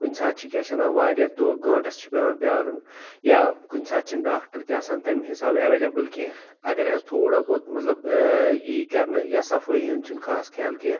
کُنہِ ساتہٕ چھِ کیٛاہ چھِ وَنان واریاہ دۄہ گھٲنٛٹَس چھِ پیٚوان پرٛارُن یا کُنہِ ساتہٕ چھِنہٕ ڈاکٹَر تہِ آسان تَمہِ حِسابہٕ ایٚولیبٕل کیٚنٛہہ اگر حظ تھوڑا بہت مطلب ٲں یی کَرنہٕ یا صفٲیی ہُنٛد چھُنہٕ خاص خیال کیٚنٛہہ